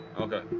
Okay